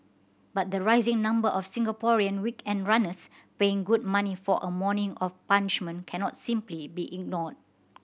but the rising number of Singaporean weekend runners paying good money for a morning of punishment cannot simply be ignored